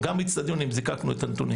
זיקקנו, גם באצטדיונים זיקקנו את הנתונים.